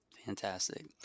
Fantastic